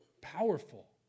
powerful